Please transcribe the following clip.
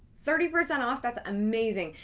thirty percent off, that's amazing.